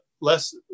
less